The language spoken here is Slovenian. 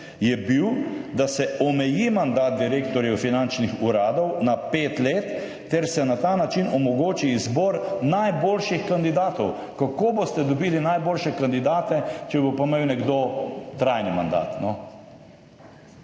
je bil, da se omeji mandat direktorjev finančnih uradov na pet let ter se na ta način omogoči izbor najboljših kandidatov. Kako boste dobili najboljše kandidate, če bo pa imel nekdo trajni mandat?